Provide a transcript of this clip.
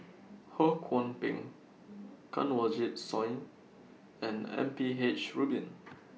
Ho Kwon Ping Kanwaljit Soin and M P H Rubin